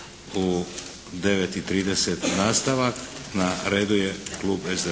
9 i 30 nastavak. Na redu je Klub SDP-a,